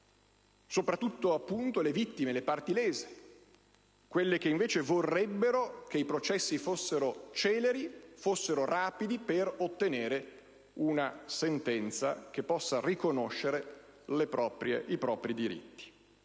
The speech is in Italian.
soprattutto, le vittime, le parti lese, quelle che invece vorrebbero che i processi fossero rapidi per ottenere una sentenza che possa riconoscere i propri diritti.